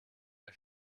der